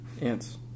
Ants